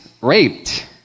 raped